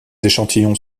échantillons